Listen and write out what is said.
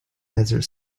desert